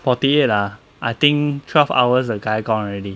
forty eight ah I think twelve hours the guy gone already